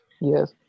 Yes